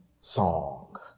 song